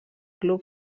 club